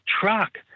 truck